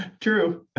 True